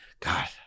God